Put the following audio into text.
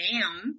down